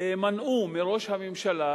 הם מנעו מראש הממשלה